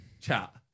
Chat